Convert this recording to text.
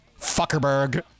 Fuckerberg